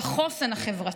בחוסן החברתי,